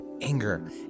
anger